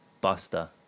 Buster